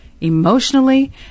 emotionally